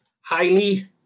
highly